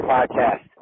Podcast